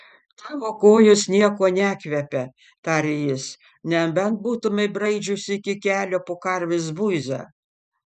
tavo kojos niekuo nekvepia tarė jis nebent būtumei braidžiusi iki kelių po karvės buizą